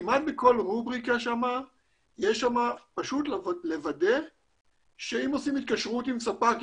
כמעט בכל רובריקה שם צריך פשוט לוודא שאם עושים התקשרות עם ספק,